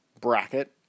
bracket